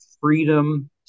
freedom